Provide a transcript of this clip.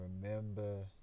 Remember